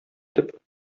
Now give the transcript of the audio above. итеп